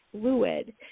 fluid